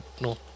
no